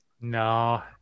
no